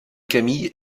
camille